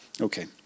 Okay